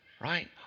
Right